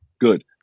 Good